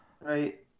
Right